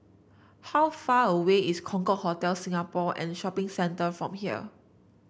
how far away is Concorde Hotel Singapore and Shopping Centre from here